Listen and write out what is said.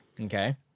Okay